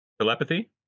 Telepathy